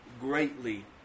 greatly